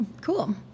cool